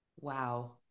wow